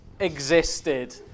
existed